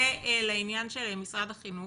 זה לעניין של משרד החינוך.